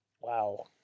wow